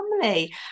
family